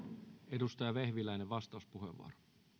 edustaja vehviläinen vastauspuheenvuoro